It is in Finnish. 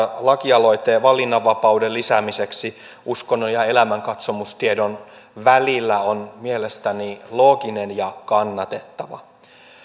lakialoite valinnanvapauden lisäämiseksi uskonnon ja elämänkatsomustiedon välillä on mielestäni looginen ja kannatettava